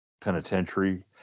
Penitentiary